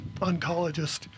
oncologist